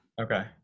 Okay